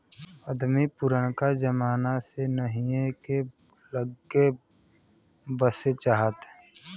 अदमी पुरनका जमाना से नहीए के लग्गे बसे चाहत